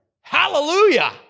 hallelujah